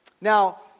Now